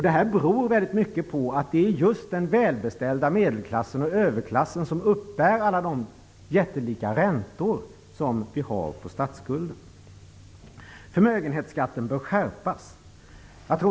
Det beror mycket på att det är just den välbeställda medel och överklassen som uppbär alla de jättelika räntor som vi har på statsskulden. Förmögenhetsskatten bör skärpas.